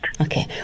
Okay